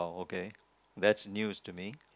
okay that's news to me